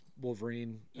Wolverine